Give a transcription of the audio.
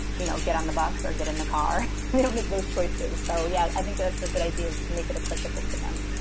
you know, get on the bus or get in the car. we don't make those choices. so, yeah, i think it's a good idea to make it applicable to them.